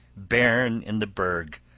bairn in the burg,